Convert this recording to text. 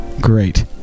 Great